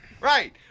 right